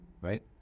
Right